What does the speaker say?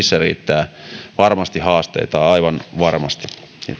riittää varmasti haasteita aivan varmasti